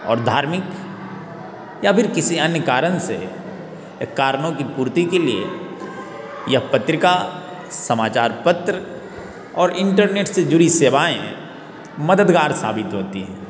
और धार्मिक या फिर किसी अन्य कारण से कारणों की पूर्ति के लिए यह पत्रिका समाचार पत्र और इंटरनेट से जुड़ी सेवाएँ मददगार साबित होती हैं